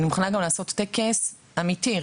אני מוכנה לעשות טקס אמיתי,